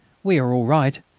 we are all right.